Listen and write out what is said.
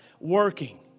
Working